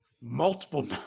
multiple